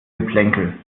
geplänkel